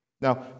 Now